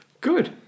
Good